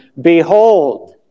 Behold